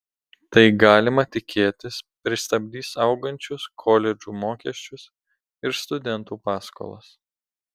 tai galima tikėtis pristabdys augančius koledžų mokesčius ir studentų paskolas